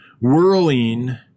whirling